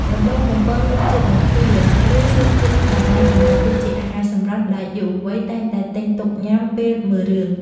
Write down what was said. ដំឡូងបំពងរសជាតិបង្គាឬរសជាតិសារាយសមុទ្រគឺជាអាហារសម្រន់ដែលយុវវ័យតែងតែទិញទុកញ៉ាំពេលមើលរឿង។